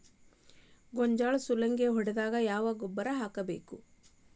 ಗೋಂಜಾಳ ಸುಲಂಗೇ ಹೊಡೆದಾಗ ಯಾವ ಗೊಬ್ಬರ ನೇಡಬೇಕು?